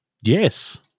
Yes